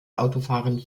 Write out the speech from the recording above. autofahren